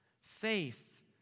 faith